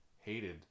hated